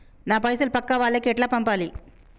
నా పైసలు పక్కా వాళ్లకి ఎట్లా పంపాలి?